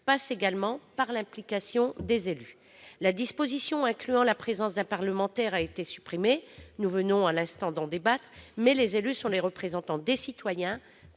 passe également par l'implication des élus. La disposition prévoyant la présence d'un parlementaire a été supprimée- nous venons d'en débattre -, mais les élus sont les représentants des citoyens